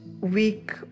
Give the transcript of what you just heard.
week